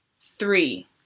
Three